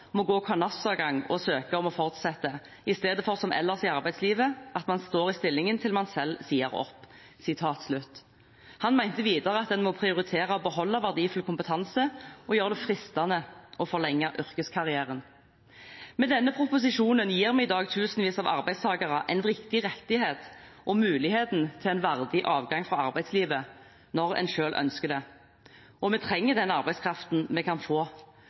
må gå kanossagang og søke om å fortsette, i stedet for som ellers i arbeidslivet, at man står i stillingen til man selv sier opp.» Han mente videre at en må prioritere å beholde verdifull kompetanse og gjøre det fristende å forlenge yrkeskarrieren. Med denne proposisjonen gir vi i dag tusenvis av arbeidstakere en viktig rettighet og muligheten til en verdig avgang fra arbeidslivet, når en selv ønsker det. Vi trenger den arbeidskraften vi kan få